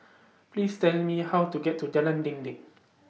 Please Tell Me How to get to Jalan Dinding